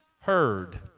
heard